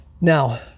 Now